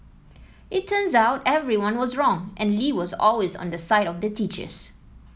it turns out everyone was wrong and Lee was always on the side of the teachers